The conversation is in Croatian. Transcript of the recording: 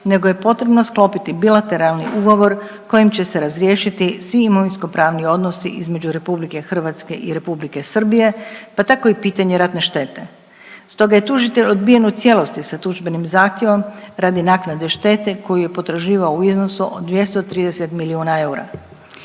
nego je potrebno sklopiti bilateralni ugovor kojim će se razriješiti svi imovinskopravni odnosi između RH i Republike Srbije, pa tako i pitanje ratne štete. Stoga je tužitelj odbijen u cijelosti sa tužbenim zahtjevom radi naknade štete koju je potraživao u iznosu od 230 milijuna eura,